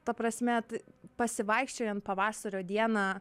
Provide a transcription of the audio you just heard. ta prasme t pasivaikščiojant pavasario dieną